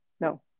no